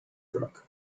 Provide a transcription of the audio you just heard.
truck